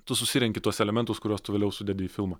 tu susirenki tuos elementus kuriuos tu vėliau sudedi į filmą